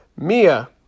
Mia